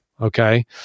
Okay